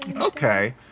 Okay